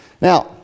Now